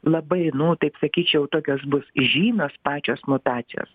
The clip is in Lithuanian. labai nu taip sakyčiau tokios bus žymios pačios mutacijos